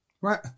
Right